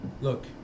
Look